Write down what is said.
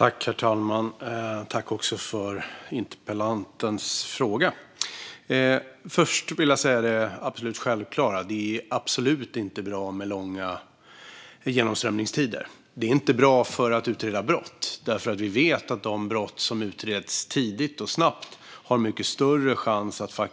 Herr talman! Tack för interpellantens fråga! Först vill jag säga det självklara. Det är absolut inte bra med långa genomströmningstider. Det är inte bra för att utreda brott. Vi vet att det är mycket större chans att de brott som utreds tidigt och snabbt